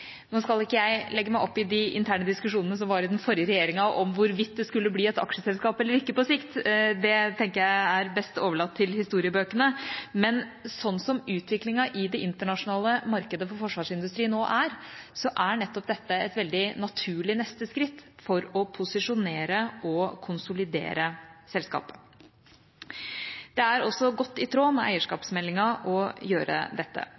Nå skal ikke jeg legge meg opp i de interne diskusjonene som var i den forrige regjeringa, om hvorvidt det skulle bli et aksjeselskap eller ikke på sikt, det tenker jeg er best å overlate til historiebøkene, men sånn som utviklingen i det internasjonale markedet for forsvarsindustrien nå er, er nettopp dette et veldig naturlig neste skritt for å posisjonere og konsolidere selskaper. Det er også godt i tråd med eierskapsmeldingen å gjøre dette.